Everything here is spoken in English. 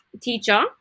teacher